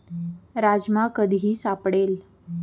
राजमा कधीही सापडेल